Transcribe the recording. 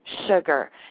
Sugar